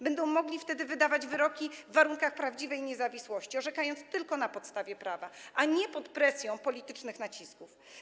Będzie mógł wtedy wydawać wyroki w warunkach prawdziwej niezawisłości, orzekając tylko na podstawie prawa, a nie pod presją politycznych nacisków.